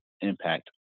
impact